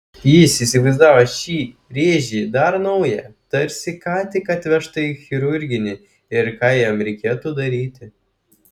jis įsivaizdavo šį rėžį dar naują tarsi ką tik atvežtą į chirurginį ir ką jam reikėtų daryti